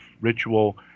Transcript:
ritual